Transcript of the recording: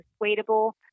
persuadable